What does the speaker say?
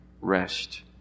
rest